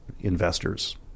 investors